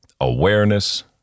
awareness